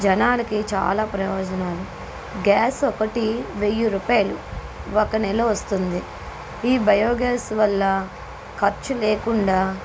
జనానికి చాలా ప్రయోజనాలు గ్యాస్ ఒకటి వెయ్యి రూపాయలు ఒక నెల వస్తుంది ఈ బయోగ్యాస్ వల్ల ఖర్చు లేకుండా